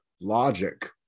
logic